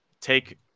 take –